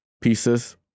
pieces